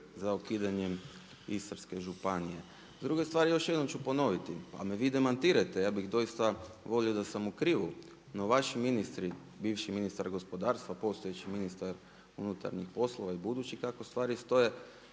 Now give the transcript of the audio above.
za ukidanjem Istarske županije. Druga stvar još jednom ću ponoviti pa me vi demantirajte, ja bih doista volio da sam u krivu, no vaši ministri, bivši ministar gospodarstva, postojeći ministar unutarnjih poslova i budući kako stvari stoje,